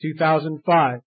2005